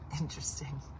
Interesting